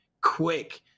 quick